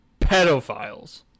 Pedophiles